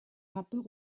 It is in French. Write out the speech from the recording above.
rapport